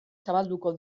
zabalduko